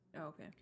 okay